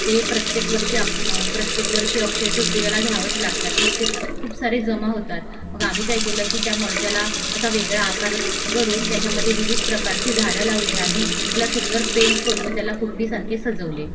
ते प्रत्येक वर्षी आप प्रत्येक वर्षी अक्षयतृतीयेला घ्यावंच लागतात मग ते खूप सारे जमा होतात मग आम्ही काय केलं की त्या मडक्याला असा वेगळा आकार करून त्याच्यामध्ये विविध प्रकारची झाडं लावले आणि त्याला सुंदर पेंट करून त्याला कुंडीसारखे सजवले